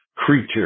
Creature